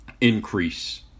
increase